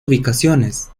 ubicaciones